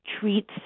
treats